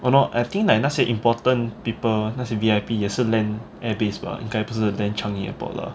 oh no I think like 那些 important people 那些 V_I_P 也是 land air base bah 因该不是 land changi airport lah